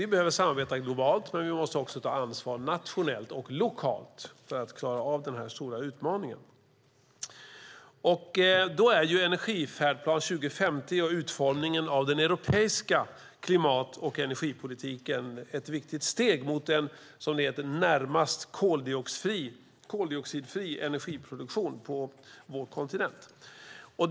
Vi behöver samarbeta globalt, men vi måste också nationellt och lokalt ta ansvar för att klara denna stora utmaning. Energifärdplan 2050 och utformningen av den europeiska klimat och energipolitiken är då ett viktigt steg mot, som det heter, en närmast koldioxidfri energiproduktion på vår kontinent.